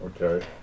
Okay